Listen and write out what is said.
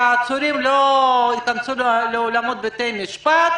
שהעצורים לא ייכנסו לאולמות בתי משפט.